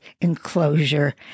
enclosure